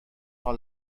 all